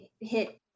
hit